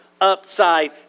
upside